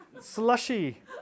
slushy